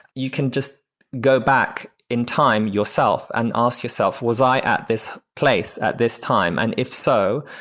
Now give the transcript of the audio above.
you can just go back in time yourself and ask yourself, was i at this place at this time? and if so,